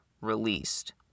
released